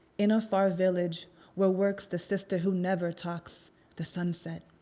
in a far village where works the sister who never talks the sun set.